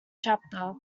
chapter